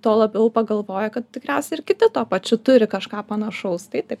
tuo labiau pagalvoji kad tikriausiai ir kiti tuo pačiu turi kažką panašaus tai taip